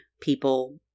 people